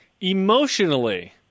Emotionally